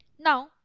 Now